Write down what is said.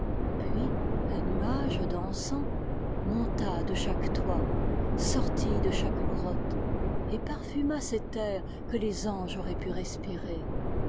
puis un nuage d'encens monta de chaque toit sortit de chaque grotte et parfuma cet air que les anges auraient pu respirer